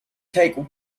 take